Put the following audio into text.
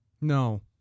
No